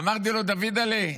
אמרתי לו: דוידל'ה,